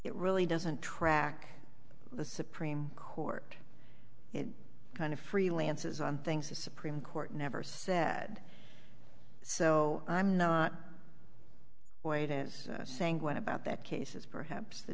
it really doesn't track the supreme court it kind of freelances on things the supreme court never said so i'm not quite as sanguine about that case as perhaps the